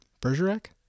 Bergerac